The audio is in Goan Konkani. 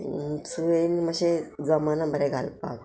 सुयेन मातशें जमना बरें घालपाक